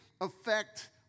affect